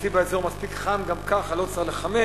אצלי באזור מספיק חם גם ככה, לא צריך לחמם.